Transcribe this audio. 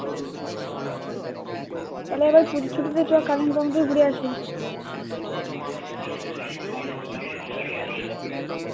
তাহলে এবার পুজোর ছুটিতে চ কালিম্পং থেকে ঘুরে আসি